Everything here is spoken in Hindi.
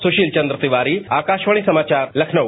सुशील चंद्र तिवारी आकाशवाणी समाचार लखनऊ